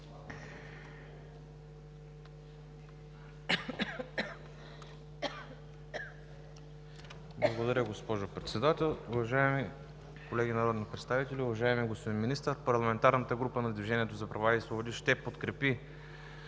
Благодаря, госпожо Председател. Уважаеми колеги народни представители, уважаеми господин Министър! Парламентарната група на „Движението за права и свободи“ ще подкрепи